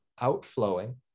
outflowing